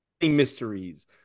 mysteries